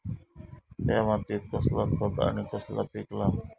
त्या मात्येत कसला खत आणि कसला पीक लाव?